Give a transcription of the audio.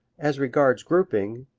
as regards grouping,